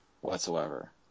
whatsoever